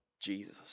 Jesus